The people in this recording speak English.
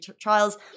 trials